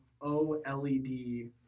OLED